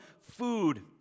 food